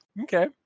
okay